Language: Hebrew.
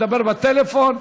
מדבר בטלפון,